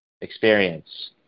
experience